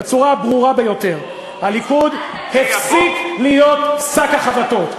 בצורה הברורה ביותר: הליכוד הפסיק להיות שק החבטות,